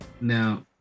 Now